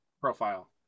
profile